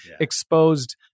exposed